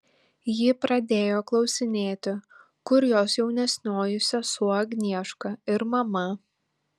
ji pradėjo klausinėti kur jos jaunesnioji sesuo agnieška ir mama